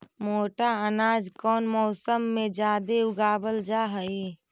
मोटा अनाज कौन मौसम में जादे उगावल जा हई?